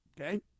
Okay